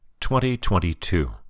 2022